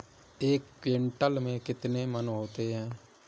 एक क्विंटल में कितने मन होते हैं?